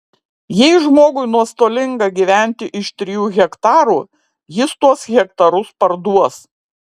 jei žmogui nuostolinga gyventi iš trijų hektarų jis tuos hektarus parduos